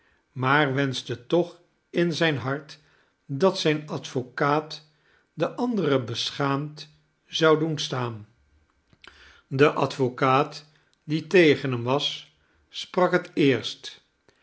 maar wenschte toch in zijn hart dat zijn advocaat den anderen beschaamd zou doen staan de advocaat die tegen hem was sprak het eerst